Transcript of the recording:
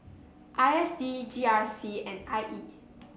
I S D G R C and I E